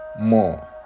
more